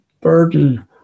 burden